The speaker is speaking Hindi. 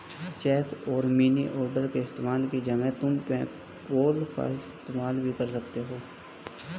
चेक और मनी ऑर्डर के इस्तेमाल की जगह तुम पेपैल का इस्तेमाल भी कर सकती हो